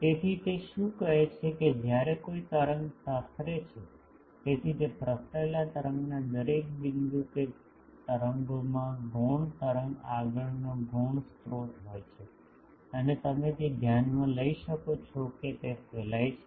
તેથી તે શું કહે છે કે જ્યારે કોઈ તરંગ પ્રસરે છે તેથી તે પ્રસરેલા તરંગના દરેક બિંદુ કે તરંગોમાં ગૌણ તરંગ આગળનો ગૌણ સ્રોત હોય છે અને તમે તે ધ્યાનમાં લઈ શકો છો કે તે ફેલાય છે